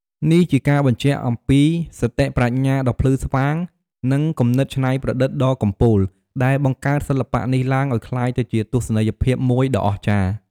នេះជាការបញ្ជាក់អំពីសតិប្រាជ្ញាដ៏ភ្លឺស្វាង និងគំនិតច្នៃប្រឌិតដ៏កំពូល ដែលបង្កើតសិល្បៈនេះឡើង ឲ្យក្លាយទៅជាទស្សនីយភាពមួយដ៏អស្ចារ្យ ។